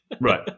Right